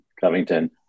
Covington